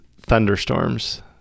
thunderstorms